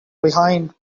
behind